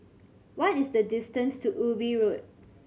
what is the distance to Ubi Road